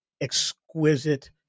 exquisite